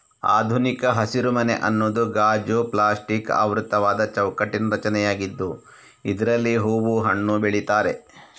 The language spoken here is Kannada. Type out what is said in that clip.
ಆಧುನಿಕ ಹಸಿರುಮನೆ ಅನ್ನುದು ಗಾಜು, ಪ್ಲಾಸ್ಟಿಕ್ ಆವೃತವಾದ ಚೌಕಟ್ಟಿನ ರಚನೆಯಾಗಿದ್ದು ಇದ್ರಲ್ಲಿ ಹೂವು, ಹಣ್ಣು ಬೆಳೀತಾರೆ